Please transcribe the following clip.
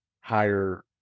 higher